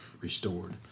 restored